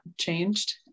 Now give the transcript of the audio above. changed